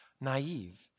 naive